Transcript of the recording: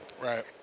Right